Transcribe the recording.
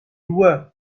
dua